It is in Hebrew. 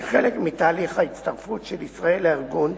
כחלק מתהליך ההצטרפות של ישראל לארגון,